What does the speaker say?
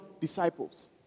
disciples